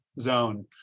zone